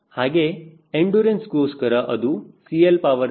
ಹಾಗೆ ಎಂಡುರನ್ಸ್ ಗೋಸ್ಕರ ಅದು CL32CD 0